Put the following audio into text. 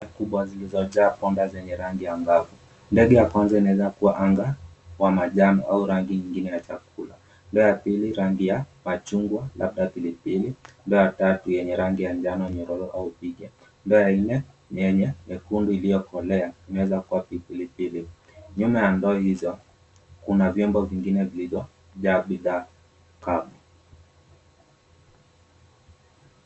Ndoo kubwa zilizojaa mwanga zenye rangi angavu. Ndege ya kwanza inaweza kuwa anga wa majani au rangi nyingine ya chakula ndoo ya pili rangi ya machungwa labda pilipili ndoo ya tatu yenye rangi ya njano nyororo au pike ndoo ya nne yenye nyekundu iliyokolea inaweza kuwa ni pilipili. Nyuma ya ndoo hizo kuna viombo vingine vilivyo jaa bidhaa kavu.